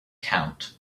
count